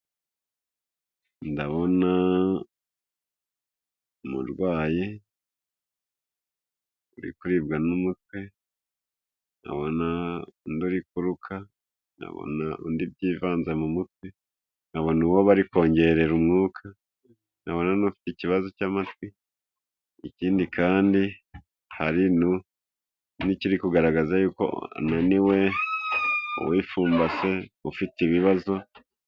Ndabona umurwayi uri kuribwa n'umutwe, nkabona undi uri kuruka, nkabona undi byivanze mu mutwe, nkabona uwo bari kongerera umwuka, nkabona n'ufite ikibazo cy'amatwi, ikindi kandi hari n'ikiri kugaragaza yuko ananiwe, uwifumbase, ufite ibibazo